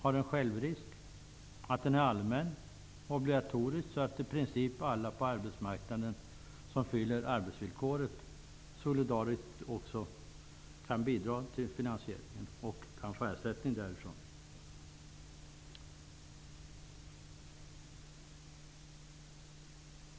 Att försäkringen är allmän och obligatorisk gör att i princip alla på arbetsmarknaden som fyller arbetsvillkoret solidariskt kan bidra till finansieringen och också få ersättning från akassan.